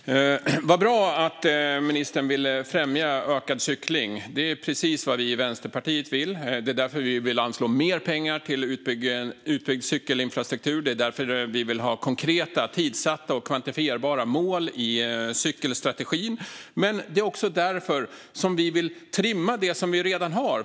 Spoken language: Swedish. Fru talman! Vad bra att ministern vill främja ökad cykling! Det är precis vad vi i Vänsterpartiet vill, och det är därför vi vill anslå mer pengar till utbyggd cykelinfrastruktur. Det är därför vi vill ha konkreta, tidsatta och kvantifierbara mål i cykelstrategin. Det är också därför vi vill trimma det som vi redan har.